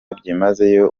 byimazeyo